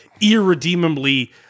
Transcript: irredeemably